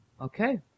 Okay